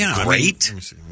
great